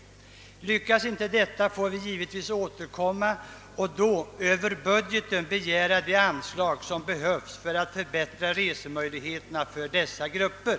Blir så inte fallet, får vi givetvis återkomma och över budgeten begära de anslag som behövs för att förbättra resemöjligheterna för dessa grupper.